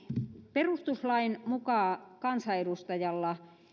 perustuslain mukaan kansanedustajalla